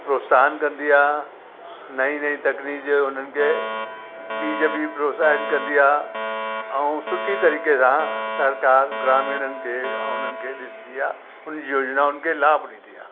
प्रोत्साहनु कंदी आहे नई नई तकनीकु जे उन्हनि खे बी जे पी प्रोत्साहनु कंदी आहे ऐं सुठी तरीक़े सां सरकार ग्रामीणनि खे ऐं उन्हनि खे ॾिसंदी आहे उन योजनाउनि खे लाभु ॾींदी आहे